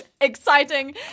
exciting